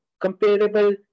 comparable